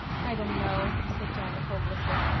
i dunno, said janet hopelessly.